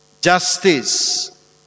justice